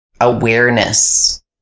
awareness